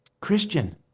Christian